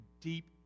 deep